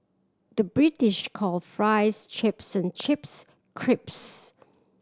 the British calls fries chips and chips crisps